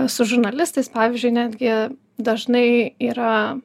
su žurnalistais pavyzdžiui netgi dažnai yra